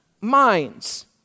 minds